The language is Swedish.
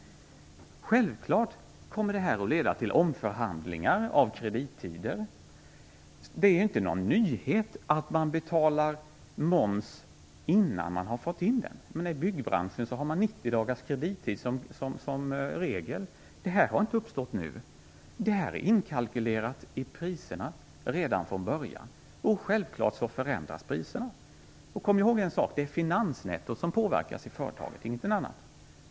Självfallet kommer förändringen att leda till omförhandlingar av kredittider. Det är inte någon nyhet att man betalar moms innan man har fått in den. I byggbranschen har man 90 dagars kredittid som regel. Detta faktum har inte uppstått nu. Det är inkalkylerat i priserna redan från början, och självfallet förändras priserna. Kom ihåg en sak: det är finansnettot som påverkas i företaget, ingenting annat.